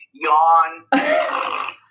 Yawn